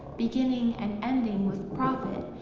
beginning and ending with profit,